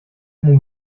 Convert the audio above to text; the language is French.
mon